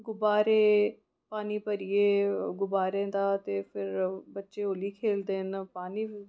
गुब्बारें पानी भरियै गुब्बारें दा फिर बच्चे होली खेलदे न पानी